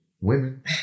women